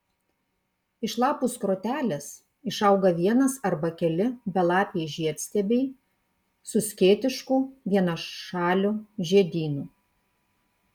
iš lapų skrotelės išauga vienas arba keli belapiai žiedstiebiai su skėtišku vienašaliu žiedynu